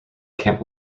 camp